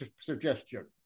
suggestion